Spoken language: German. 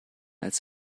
als